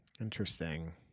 Interesting